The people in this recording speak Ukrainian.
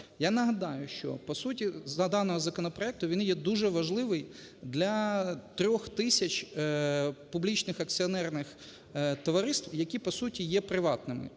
Я нагадаю, що по суті даного законопроекту, він є дуже важливий для 3 тисяч публічних акціонерних товариств, які по суті є приватними.